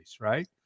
right